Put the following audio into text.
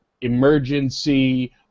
emergency